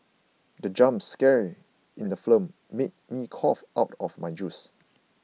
the jump scare in the film made me cough out my juice